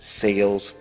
sales